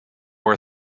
were